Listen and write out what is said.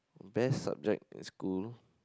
best subject in school